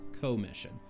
commission